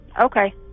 Okay